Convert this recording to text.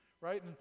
Right